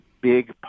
big